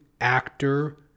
actor